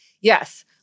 Yes